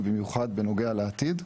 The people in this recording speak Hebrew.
ובמיוחד בנוגע לעתיד.